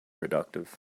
productive